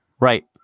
Right